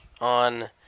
on